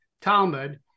Talmud